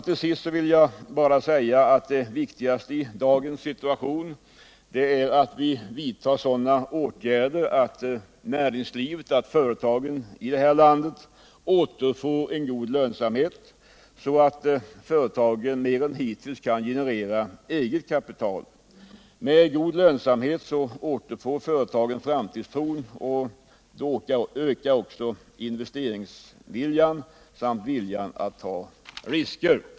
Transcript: Till slut vill jag säga att det viktigaste i dagens situation är att vi vidtar sådana åtgärder att företagen i vårt land återfår en god lönsamhet, så att företagen mer än hittills kan generera eget kapital. Med en god lönsamhet återfår företagen framtidstron, och därmed ökar också investeringsviljan samt viljan att ta risker.